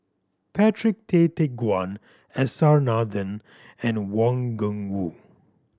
Patrick Tay Teck Guan S R Nathan and Wang Gungwu